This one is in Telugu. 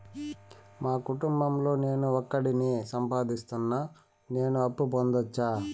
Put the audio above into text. మా కుటుంబం లో నేను ఒకడినే సంపాదిస్తున్నా నేను అప్పు పొందొచ్చా